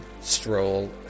Stroll